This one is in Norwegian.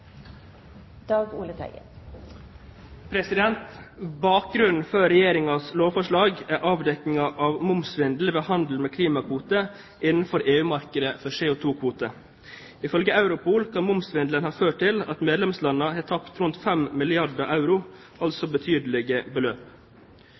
anses vedtatt. Bakgrunnen for Regjeringens lovforslag er avdekkingen av momssvindel ved handel med klimakvote innenfor EU-markedet for CO2-kvote. Ifølge Europol kan momssvindelen ha ført til at medlemslandene har tapt rundt 5 milliarder euro,